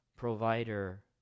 provider